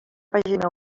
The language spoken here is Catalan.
pàgina